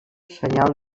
senyal